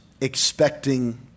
expecting